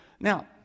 Now